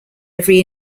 every